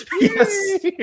Yes